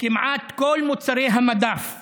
כמעט כל מוצרי המדף בסופר,